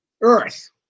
earth